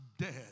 dead